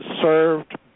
served